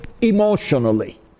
emotionally